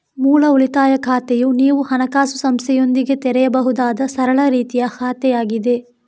ಮೂಲ ಉಳಿತಾಯ ಖಾತೆಯು ನೀವು ಹಣಕಾಸು ಸಂಸ್ಥೆಯೊಂದಿಗೆ ತೆರೆಯಬಹುದಾದ ಸರಳ ರೀತಿಯ ಖಾತೆಯಾಗಿದೆ